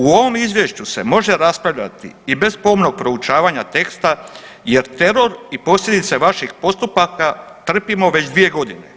U ovom izvješću se može raspravljati i bez pomnog proučavanja teksta jer teror i posljedice vaših postupaka trpimo već 2.g.